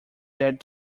that